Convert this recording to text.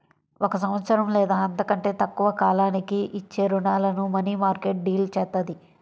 ఒక సంవత్సరం లేదా అంతకంటే తక్కువ కాలానికి ఇచ్చే రుణాలను మనీమార్కెట్ డీల్ చేత్తది